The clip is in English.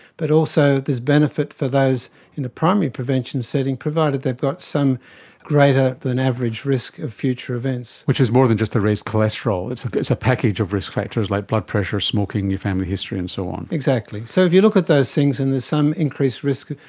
but also there's benefit for those in the primary prevention setting, provided they've got some greater than average risk of future events. which is more than just to raise cholesterol, it's a package of risk factors, like blood pressure, smoking, your family history and so on. exactly. so if you look at those things and there's some increased risk,